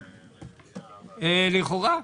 לכאורה.